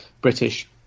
British